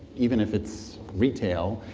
even if it's retail,